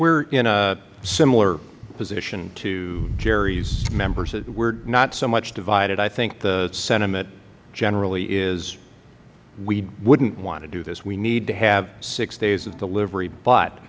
are in a similar position to jerry's members we are not so much divided i think the sentiment generally is we wouldn't want to do this we need to have six days of delivery but